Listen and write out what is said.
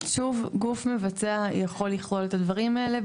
שוב, גוף מבצע יכול לכלול את הדברים האלה.